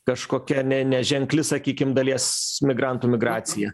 kažkokia ne neženkli sakykim dalies migrantų migracija